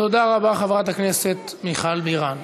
תודה רבה, חברת הכנסת מיכל בירן.